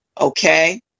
Okay